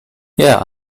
yeah